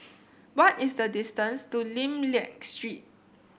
what is the distance to Lim Liak Street